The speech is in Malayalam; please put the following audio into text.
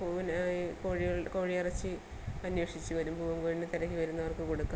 പൂവിന് ഈ കോഴികൾ കോഴി ഇറച്ചി അന്വേഷിച്ച് വരും പൂവങ്കോഴീനെ തിരക്കി വരുന്നവർക്ക് കൊടുക്കുക